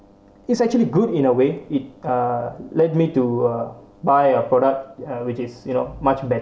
it's actually good in a way it uh led me to uh buy a product uh which is you know much better